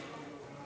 החוקים.